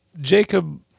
Jacob